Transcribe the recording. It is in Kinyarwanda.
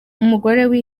umugore